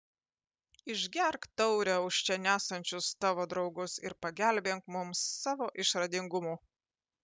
išgerk taurę už čia nesančius tavo draugus ir pagelbėk mums savo išradingumu